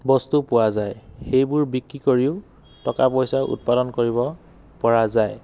বস্তু পোৱা যায় সেইবোৰ বিক্ৰী কৰিও টকা পইচা উৎপাদন কৰিব পৰা যায়